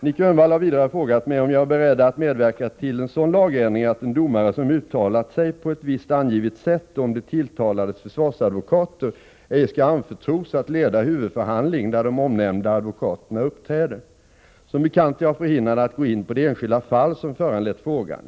Nic Grönvall har vidare frågat mig om jag är beredd att medverka till en sådan lagändring att en domare, som uttalat sig på ett visst angivet sätt om de tilltalades försvarsadvokater, ej skall anförtros att leda huvudförhandling där de omnämnda advokaterna uppträder. Som bekant är jag förhindrad att gå in på det enskilda fall som föranlett frågan.